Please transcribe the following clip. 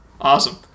Awesome